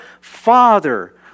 Father